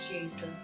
Jesus